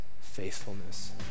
faithfulness